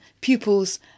pupils